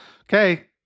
okay